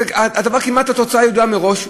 התוצאה כמעט ידועה מראש,